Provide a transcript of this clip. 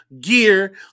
gear